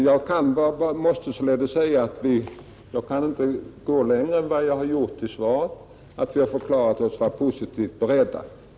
Jag måste således säga att jag inte kan gå längre än vad jag har gjort i svaret: Vi har förklarat oss vara positivt inställda.